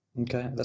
Okay